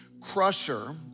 crusher